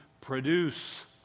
produce